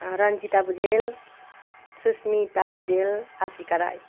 Ranjita Bhujel Susmita Bhujel Ashika Rai